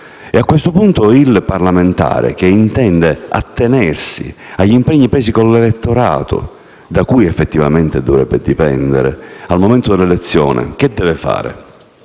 A questo punto, il parlamentare che intende attenersi agli impegni presi con l'elettorato (da cui effettivamente dovrebbe dipendere) al momento dell'elezione cosa dovrebbe fare?